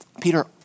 Peter